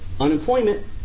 Unemployment